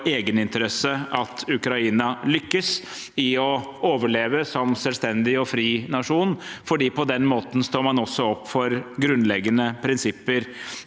egeninteresse at Ukraina lykkes i å overleve som selvstendig og fri nasjon, for på den måten står man også opp for grunnleggende prinsipper